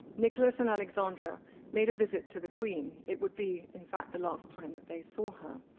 nicholas and alexandra made a visit to the queen, it would be, in fact, the last time that they saw her.